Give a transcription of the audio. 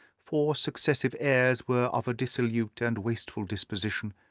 four successive heirs were of a dissolute and wasteful disposition,